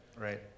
Right